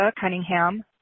Cunningham